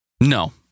no